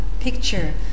picture